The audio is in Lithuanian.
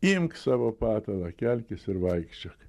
imk savo patalą kelkis ir vaikščiok